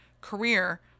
career